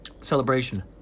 Celebration